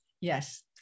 Yes